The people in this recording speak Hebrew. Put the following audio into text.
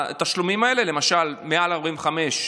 לתשלומים האלה, למשל מעל גיל 45,